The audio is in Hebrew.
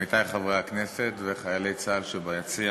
עמיתי חברי הכנסת וחיילי צה"ל שביציע,